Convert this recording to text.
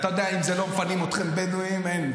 אתה יודע, אם לא מפנים אתכם, בדואים, אין.